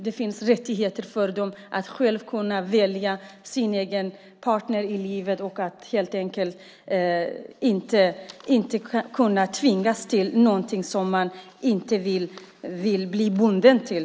Det finns rättigheter för dem att själva välja sin partner i livet. De ska inte kunna tvingas till något som de inte vill bli bundna till.